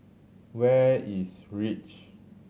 where is Reach